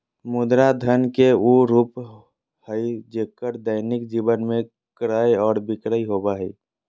मुद्रा धन के उ रूप हइ जेक्कर दैनिक जीवन में क्रय और विक्रय होबो हइ